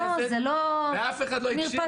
בכנסת ואף אחד לא הקשיב.